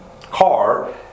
car